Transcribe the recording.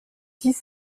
dix